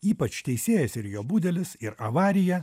ypač teisėjas ir jo budelis ir avarija